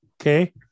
Okay